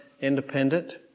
independent